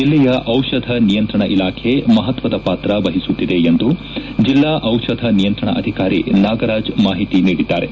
ಜೆಲ್ಲೆಯ ದಿಷಧ ನಿಯಂತ್ರಣ ಇಲಾಖೆ ಮಹತ್ವದ ಪಾತ್ರ ವಹಿಸುತ್ತಿದೆ ಎಂದು ಜಿಲ್ಲಾ ಟಿಪಧ ನಿಯಂತ್ರಣ ಅಧಿಕಾರಿ ನಾಗರಾಜ್ ಮಾಹಿತಿ ನೀಡಿದ್ದಾರೆ